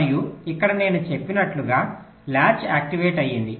మరియు ఇక్కడ నేను చెప్పినట్లుగా లాచ్ యాక్టివేట్ అయింది